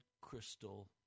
crystal